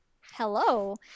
hello